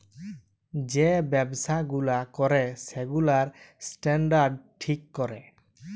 যে ব্যবসা গুলা ক্যরে সেগুলার স্ট্যান্ডার্ড ঠিক ক্যরে